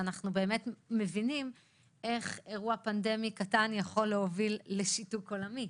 שאנחנו מבינים איך אירוע פנדמי קטן יכול להוביל לשיתוק עולמי.